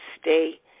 stay